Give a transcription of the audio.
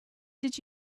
did